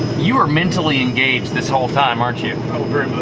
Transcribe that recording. you are mentally engaged this whole time, aren't you? oh,